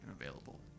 available